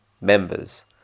members